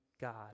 God